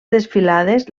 desfilades